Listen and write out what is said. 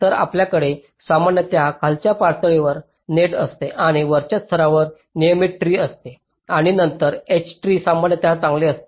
तर आपल्याकडे सामान्यत खालच्या पातळीवर नेट असते आणि वरच्या स्तरावर नियमित ट्री असतो आणि नंतर H ट्री सामान्यत चांगले असते